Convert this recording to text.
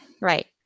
Right